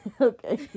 Okay